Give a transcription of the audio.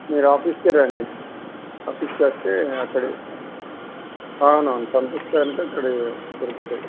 మీరు ఆఫీస్కు రండి ఆఫీస్కు వస్తే అక్కడే అవునవును పంపించారంటే అక్కడే దొరుకుతాయి